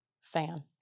Fan